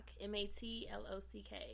M-A-T-L-O-C-K